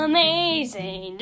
Amazing